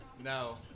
No